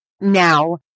Now